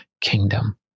kingdom